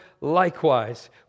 likewise